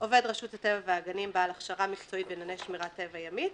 עובד רשות הטבע והגנים בעל הכשרה מקצועית בענייני שמירה טבע ימית,